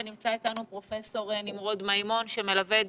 ונמצא איתנו פרופ' נמרוד מימון שמלווה את